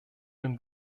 den